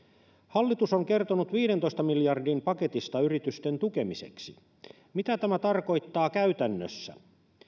hallitus on kertonut viidentoista miljardin paketista yritysten tukemiseksi mitä tämä tarkoittaa käytännössä